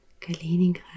Kaliningrad